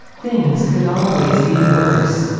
things could always be worse.